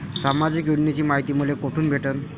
सामाजिक योजनेची मायती मले कोठून भेटनं?